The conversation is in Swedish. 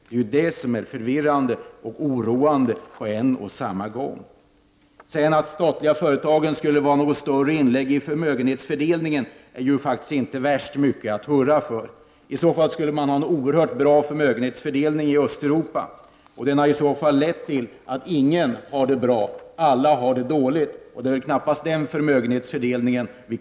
Det är det som är förvirrande och oroande. Att de statliga företagen skulle vara något större inlägg i förmögenhetsfördelningen är faktiskt inte värst mycket att hurra för. I så fall skulle man ha en oerhört bra förmögenhetsfördelning i Östeuropa. Den har i så fall lett till att ingen har det bra, utan att alla har det dåligt. Det är väl knappast den förmögenhetsfördelning vi är ute efter.